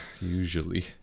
usually